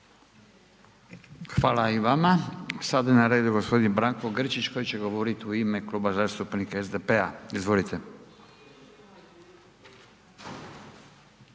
Hvala i vama. Sada je na redu g. Branko Grčić koji će govorit u ime Kluba zastupnika SDP-a, izvolite.